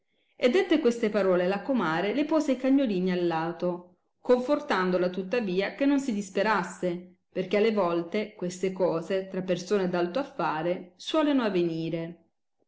e dette queste parole la comare le pose i cagnolini al lato confortandola tuttavia che non si disperasse per che alle volte queste cose tra persone d alto affare suoleno avenire